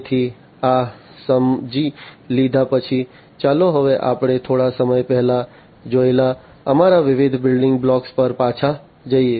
તેથી આ સમજી લીધા પછી ચાલો હવે આપણે થોડા સમય પહેલા જોયેલા અમારા વિવિધ બિલ્ડિંગ બ્લોક્સ પર પાછા જઈએ